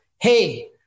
Hey